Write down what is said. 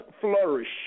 flourish